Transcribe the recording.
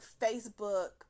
Facebook